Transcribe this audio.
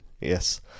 Yes